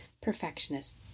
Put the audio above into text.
perfectionist